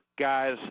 guys